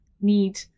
need